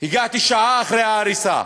הגעתי שעה אחרי ההריסה.